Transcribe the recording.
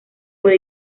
fue